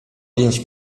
pięć